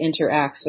interacts